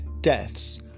deaths